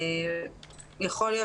יכול להיות